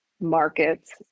markets